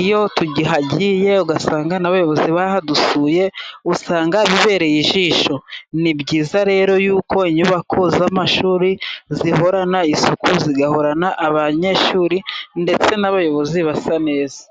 iyo tuhagiye ugasanga n'abayobozi badusuye, usanga bibereye ijisho. Ni byiza rero yuko inyubako z'amashuri zihorana isuku, zigahorana abanyeshuri ndetse n'abayobozi basa neza.